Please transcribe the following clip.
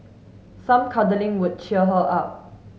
some cuddling would cheer her up